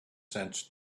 sense